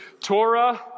Torah